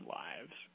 lives